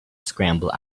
scramble